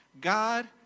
god